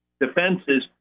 defenses